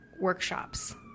workshops